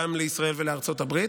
גם לישראל וגם לארצות הברית.